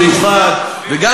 אבל חוקי-יסוד,